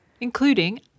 including